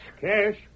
Cash